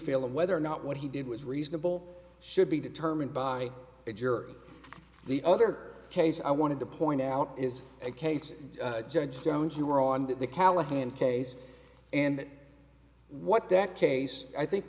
feel of whether or not what he did was reasonable should be determined by a jury the other case i wanted to point out is a case judge jones you were on the callahan case and what that case i think